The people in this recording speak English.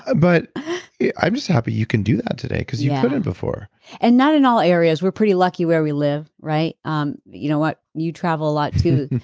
ah but i'm just happy you can do that today because you couldn't before and not in all areas. we're pretty lucky where we live. um you know what, you travel a lot too.